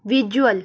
visual